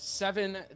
Seven